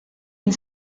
une